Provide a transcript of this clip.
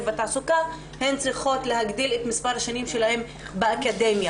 בתעסוקה הן צריכות להגדיל את מספר השנים שלהן באקדמיה.